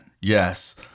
Yes